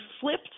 flipped